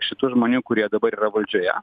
šitų žmonių kurie dabar yra valdžioje